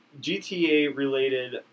GTA-related